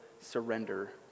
surrender